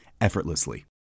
effortlessly